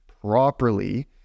properly